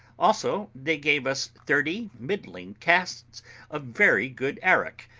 also, they gave us thirty middling casks of very good arrack,